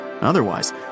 Otherwise